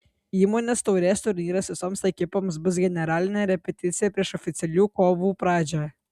įmonės taurės turnyras visoms ekipoms bus generalinė repeticija prieš oficialių kovų pradžią